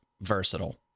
versatile